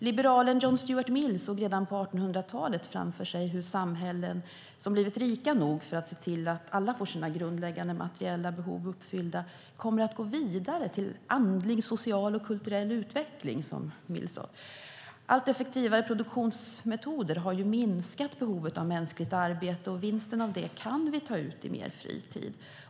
Liberalen John Stuart Mill såg redan på 1800-talet framför sig hur samhällen som blivit rika nog för att se till att alla får sina grundläggande materiella behov uppfyllda kommer att gå vidare till andlig, social och kulturell utveckling, som Mill sade. Allt effektivare produktionsmetoder har minskat behovet av mänskligt arbete, och vinsten av det kan vi ta ut i mer fri tid.